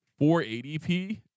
480p